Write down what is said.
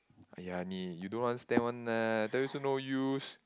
!aiya! 你 you don't understand one lah tell you also no use